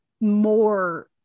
more